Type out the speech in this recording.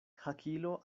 hakilo